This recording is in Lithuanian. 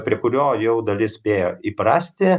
prie kurio jau dalis spėjo įprasti